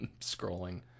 Scrolling